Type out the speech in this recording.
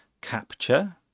Capture